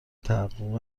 تحقق